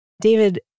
David